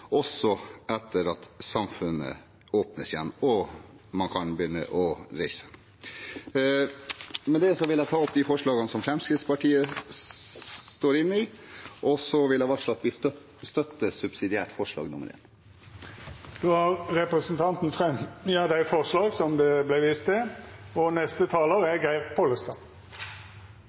også etter at samfunnet åpnes igjen og man kan begynne å reise. Med det vil jeg ta opp de forslagene som Fremskrittspartiet står inne i, og så vil jeg varsle at vi subsidiært støtter forslag nr. 1. Då har representanten Bengt Rune Strifeldt teke opp dei forslaga han refererte til.